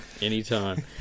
Anytime